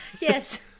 Yes